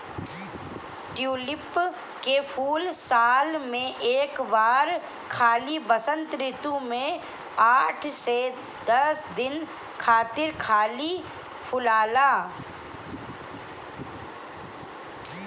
tulip के फूल साल में एक बार खाली वसंत ऋतू में आठ से दस दिन खातिर खाली फुलाला